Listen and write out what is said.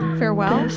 farewell